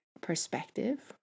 perspective